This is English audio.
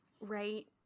right